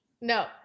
no